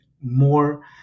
more